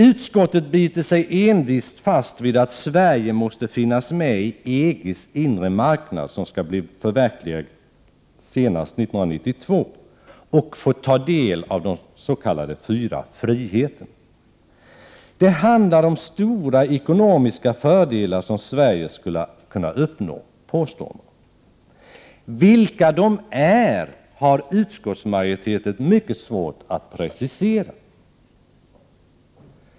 Utskottet biter sig envist fast vid att Sverige måste finnas med i EG:s inre marknad, som skall bli förverkligad senast 1992, och få ta del av de s.k. fyra friheterna. Det handlar om stora ekonomiska fördelar som Sverige skulle kunna uppnå, påstår man. Vilka de är har utskottsmajoriteten mycket svårt att precisera.